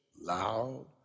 loud